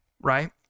right